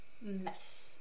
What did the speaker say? mess